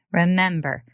remember